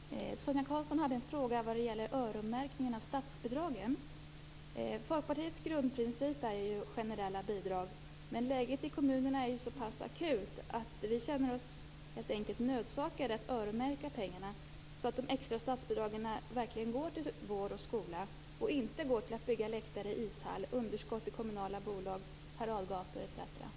Fru talman! Sonia Karlsson hade en fråga vad gäller öronmärkning av statsbidragen. Folkpartiets grundprincip är generella bidrag. Men läget i kommunerna är så pass akut att vi helt enkelt känner oss nödsakade att öronmärka pengarna så att de extra statsbidragen verkligen går till vård och skola, och inte till att bygga läktare, ishall, till underskott i kommunala bolag, paradgator etc.